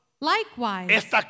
Likewise